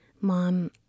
Mom